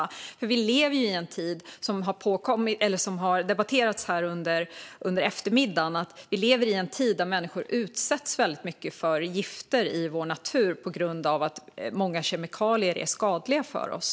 Vi lever ju i en tid - detta har debatterats här under eftermiddagen - där människor utsätts väldigt mycket för gifter i vår natur på grund av att många kemikalier är skadliga för oss.